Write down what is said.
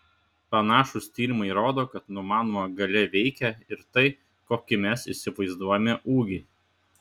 panašūs tyrimai rodo kad numanoma galia veikia ir tai kokį mes įsivaizduojame ūgį